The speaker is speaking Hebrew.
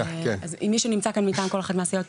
אם מישהו נמצא כאן מטעם כל אחת מהסיעות,